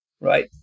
Right